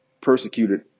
persecuted